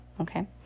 Okay